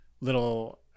little